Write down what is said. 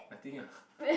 I think ah